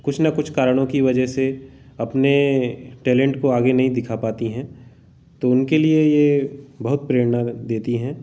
कुछ न कुछ कारणों की वजह से अपने टैलेंट को आगे नहीं दिखा पाती हैं तो उनके लिए यह बहुत प्रेरणा देती हैं